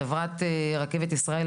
חברת רכבת ישראל,